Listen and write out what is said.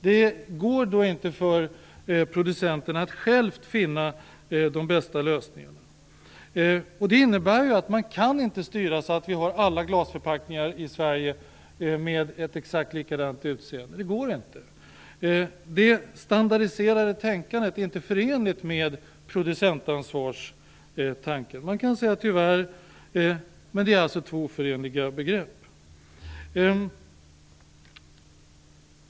Det går då inte för producenterna att själva finna de bästa lösningarna. Det innebär att man inte kan styra så att alla glasförpackningar i Sverige har exakt likadant utseende. Det går inte. Det standardiserade tänkandet är inte förenligt med producentansvarstanken. Man kan säga tyvärr, men det är två oförenliga begrepp.